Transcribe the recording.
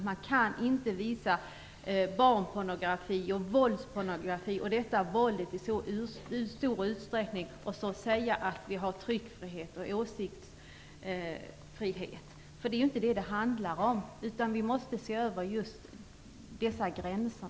Man kan inte visa filmer med barnpornografi och våldspornografi i så stor utsträckning och säga att vi har tryckfrihet och åsiktsfrihet. Det är inte vad det handlar om, utan vi måste se över dessa gränser.